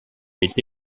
est